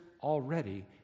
already